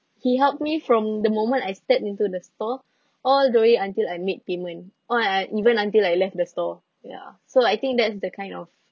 he helped me from the moment I stepped into the store all the way until I made payment ah I even until I left the store ya so I think that's the kind of